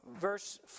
Verse